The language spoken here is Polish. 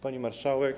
Pani Marszałek!